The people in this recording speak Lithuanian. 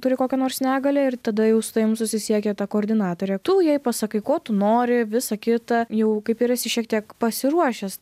turi kokią nors negalią ir tada jau su tavim susisiekia ta koordinatorė tu jai pasakai ko tu nori visa kita jau kaip ir esi šiek tiek pasiruošęs